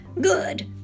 Good